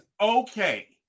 okay